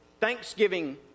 Thanksgiving